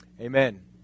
Amen